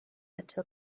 until